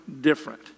different